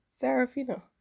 Serafina